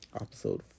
Episode